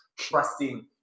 trusting